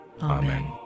Amen